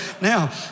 now